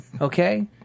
Okay